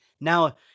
Now